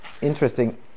interesting